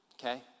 okay